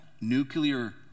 nuclear